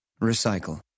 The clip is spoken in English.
Recycle